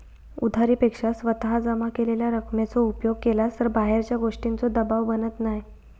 उधारी पेक्षा स्वतः जमा केलेल्या रकमेचो उपयोग केलास तर बाहेरच्या गोष्टींचों दबाव बनत नाय